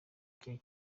gihe